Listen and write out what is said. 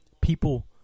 people